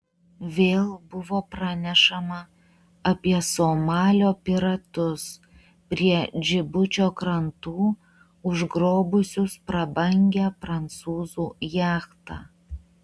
vėl buvo pranešama apie somalio piratus prie džibučio krantų užgrobusius prabangią prancūzų jachtą